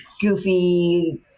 goofy